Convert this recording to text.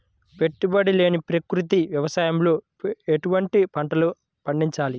పెట్టుబడి లేని ప్రకృతి వ్యవసాయంలో ఎటువంటి పంటలు పండించాలి?